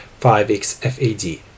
5XFAD